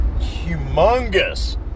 humongous